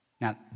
Now